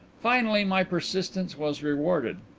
finally my persistence was rewarded.